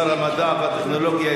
שר המדע והטכנולוגיה,